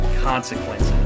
consequences